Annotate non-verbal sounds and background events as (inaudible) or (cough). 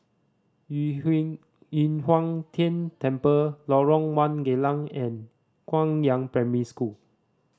Yu (unintelligible) Yu Huang Tian Temple Lorong One Geylang and Guangyang Primary School